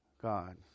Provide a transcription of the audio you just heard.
God